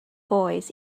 boys